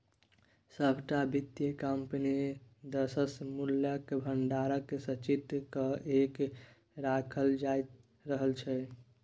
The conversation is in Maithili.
सभटा वित्तीय कम्पनी दिससँ मूल्यक भंडारकेँ संचित क कए राखल जाइत रहल छै